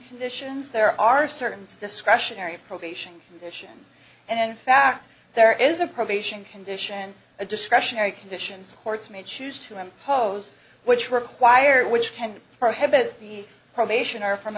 conditions there are certain discretionary probation conditions and in fact there is a probation condition a discretionary conditions the courts may choose to impose which require which can prohibit the probation or from